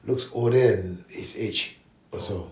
looks older than his age also